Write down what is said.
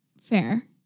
Fair